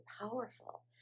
powerful